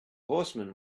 horseman